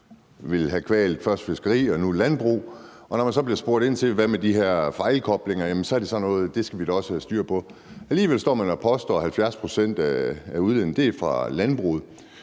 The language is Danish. ville have kvalt først fiskeri og nu landbrug. Når man så bliver spurgt ind til de her fejlkoblinger, er det sådan noget med, at det skal vi da også have styr på. Alligevel står man og påstår, at 70 pct. af udledningen er fra landbruget.